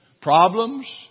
problems